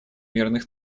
мирных